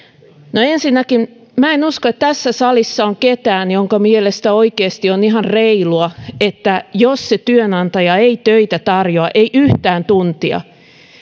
no ensinnäkin en usko että tässä salissa on ketään jonka mielestä oikeasti on ihan reilua että jos se työnantaja ei töitä tarjoa ei yhtään tuntia